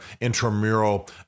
intramural